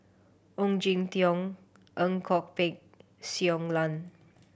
Ong Jin Teong Ang Kok Peng Shui Lan